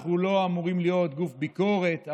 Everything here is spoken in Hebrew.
אנחנו לא אמורים להיות גוף ביקורת,